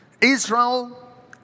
Israel